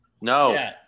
No